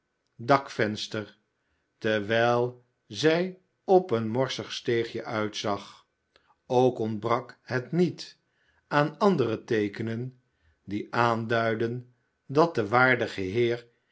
dankvenster terwijl zij op een morsig steegje uitzag ook ontbrak het niet aan andere teekenen die aanduidden dat de waardige heer